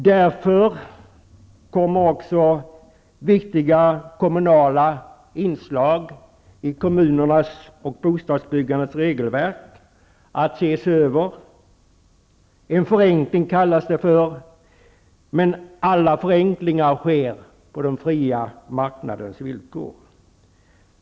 Därför kommer viktiga kommunala inslag i kommunernas och bostadsbyggandets regelverk att ses över. En förenkling kallas det för, men alla förenklingar sker på den fria marknadens villkor.